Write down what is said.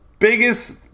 Biggest